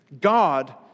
God